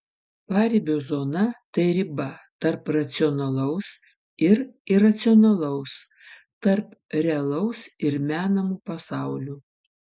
paribio zona tai riba tarp racionalaus ir iracionalaus tarp realaus ir menamų pasaulių